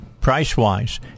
price-wise